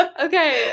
okay